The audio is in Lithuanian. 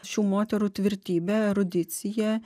šių moterų tvirtybė erudicija